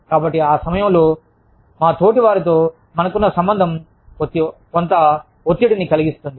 కాబట్టి ఆ సమయంలో మా తోటివారితో మనకున్న సంబంధం కొంత ఒత్తిడిని కలిగిస్తుంది